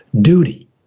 duty